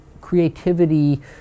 creativity